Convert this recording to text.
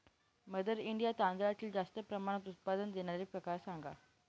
mother India तांदळातील जास्त प्रमाणात उत्पादन देणारे प्रकार सांगा